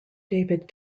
david